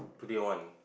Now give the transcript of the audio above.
today one